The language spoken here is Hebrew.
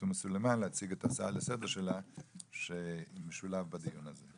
תומא סלימאן להציג את ההצעה לסדר שלה שמשולב בדיון הזה,